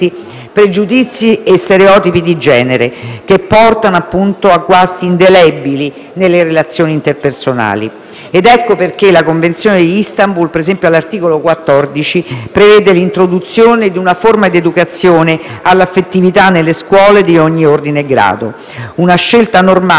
pregiudizi e stereotipi di genere, che portano appunto a guasti indelebili nelle relazioni interpersonali. Ecco perché la Convenzione di Istanbul, all'articolo 14, prevede ad esempio l'introduzione di una forma di educazione all'affettività nelle scuole di ogni ordine e grado; una scelta normale,